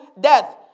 death